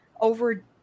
over